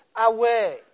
away